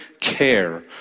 care